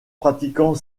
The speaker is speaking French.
pratiquant